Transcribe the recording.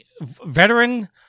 veteran